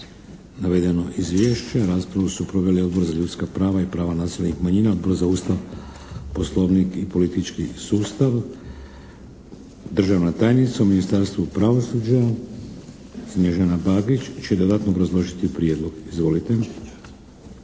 navedeno izvješće. Raspravu su proveli Odbor za ljudska prava i prava nacionalnih manjina, Odbor za Ustav, Poslovnik i politički sustav. Državna tajnica u Ministarstvu pravosuđa, Snježana Bagić će dodatno obrazložiti prijedlog. Izvolite.